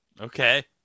Okay